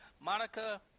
Monica